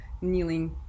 kneeling